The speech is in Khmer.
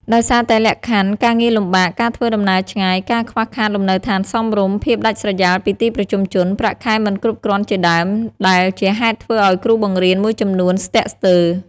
ដោយសារតែលក្ខខណ្ឌការងារលំបាក ការធ្វើដំណើរឆ្ងាយ ការខ្វះខាតលំនៅឋានសមរម្យ ភាពដាច់ស្រយាលពីទីប្រជុំជន ប្រាក់ខែមិនគ្រប់គ្រាន់ជាដើម ដែលជាហេតុធ្វើឲ្យគ្រូបង្រៀនមួយចំនួនស្ទាក់ស្ទើរ។